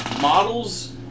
models